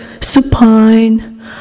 supine